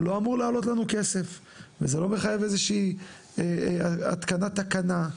והוא לא אמור לעלות לנו כסף וזה לא מחייב איזושהי התקנת תקנה.